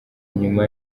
nyuma